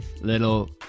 little